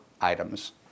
items